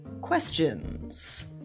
questions